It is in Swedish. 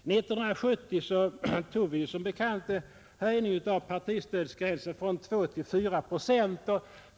1970 togs som bekant en höjning av partistödsgränsen från 2 till 4 procent.